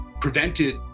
prevented